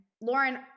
Lauren